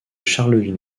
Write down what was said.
charleville